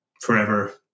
forever